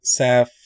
Saf